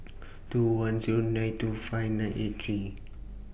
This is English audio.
two one Zero nine two five nine eight three